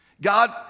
God